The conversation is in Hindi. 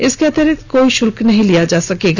इसके अतिरिक्त कोई शुल्क नहीं लिया जा सकता है